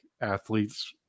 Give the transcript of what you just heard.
athletes